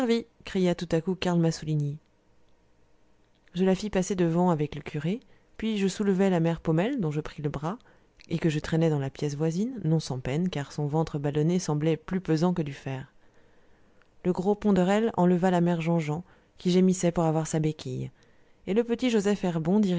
cria tout à coup karl massouligny je la fis passer devant avec le curé puis je soulevai la mère paumelle dont je pris le bras et que je traînai dans la pièce voisine non sans peine car son ventre ballonné semblait plus pesant que du fer le gros ponderel enleva la mère jean jean qui gémissait pour avoir sa béquille et le petit joseph